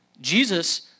Jesus